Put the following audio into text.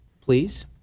please